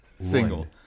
single